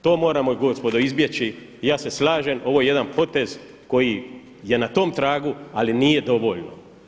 To moramo gospodo izbjeći i ja se slažem, ovo je jedan potez koji je na tom tragu, ali nije dovoljno.